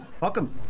welcome